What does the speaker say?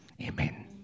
Amen